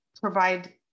provide